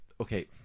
Okay